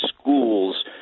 schools